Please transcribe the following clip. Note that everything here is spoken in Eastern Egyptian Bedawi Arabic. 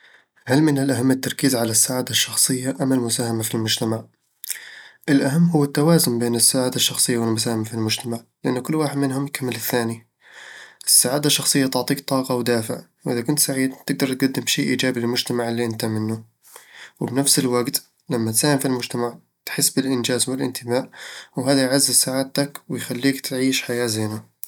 هل من الأهم التركيز على السعادة الشخصية أم المساهمة في المجتمع؟ الأهم هو التوازن بين السعادة الشخصية والمساهمة في المجتمع، لأن كل واحد منهم يكمل الثاني السعادة الشخصية تعطيك طاقة ودافع، وإذا كنت سعيد، تقدر تقدم شيء إيجابي للمجتمع اللي أنت منه وبنفس الوقت، لما تساهم في المجتمع، تحس بالإنجاز والانتماء، وهذا يعزز سعادتك ويخليك تعيش حياة زينة